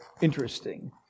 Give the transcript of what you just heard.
interesting